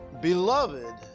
Beloved